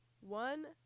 one